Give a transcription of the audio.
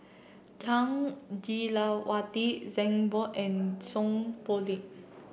Jah Lelawati Zhang Bohe and Seow Poh Leng